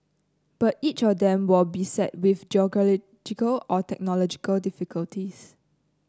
but each of them were beset with geological or technological difficulties